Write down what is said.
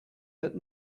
but